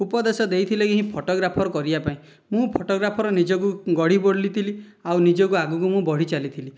ଉପଦେଶ ଦେଇଥିଲେ ହିଁ ଫଟୋଗ୍ରାଫର କରିବା ପାଇଁ ମୁଁ ଫଟୋଗ୍ରାଫର ନିଜକୁ ଗଢ଼ି ବୋଲି ଥିଲି ଆଉ ନିଜକୁ ଆଗକୁ ମୁଁ ବଢ଼ିଚାଲିଥିଲି